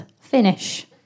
finish